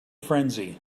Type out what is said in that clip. frenzy